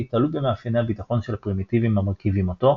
תלוי במאפייני הביטחון של הפרימיטיבים המרכיבים אותו.